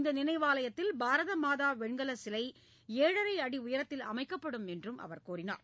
இந்த நினைவாலயத்தில் பாரத மாதா வெண்கலச் சிலை ஏழரை அடி உயரத்தில் அமைக்கப்படும் என்றும் அவர் கூறினார்